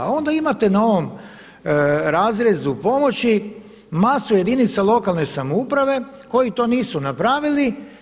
A onda imate na ovom razrezu pomoći masu jedinica lokalne samouprave koji to nisu napravili.